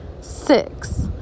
Six